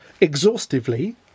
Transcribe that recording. exhaustively